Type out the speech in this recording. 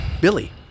Billy